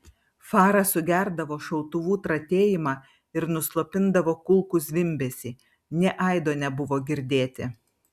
fara sugerdavo šautuvų tratėjimą ir nuslopindavo kulkų zvimbesį nė aido nebuvo girdėti